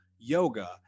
yoga